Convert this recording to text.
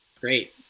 Great